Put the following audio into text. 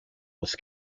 was